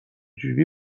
جوری